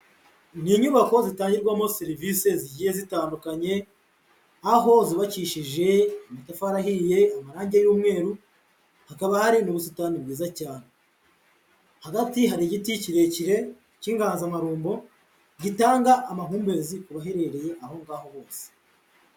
Ni inyubako zitangirwamo serivisi zigiye zitandukanye, aho zubakishije amatafari ahiye, amarange y'umweru, hakaba hari ubusitani bwiza cyane, hagati hari igiti kirekire cy'inganzamarumbo gitanga amahumbezi ku baherereye aho ngaho ubose.